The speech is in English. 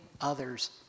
others